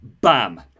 Bam